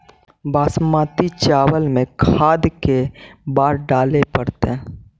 बासमती चावल में खाद के बार डाले पड़तै?